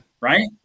right